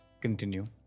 Continue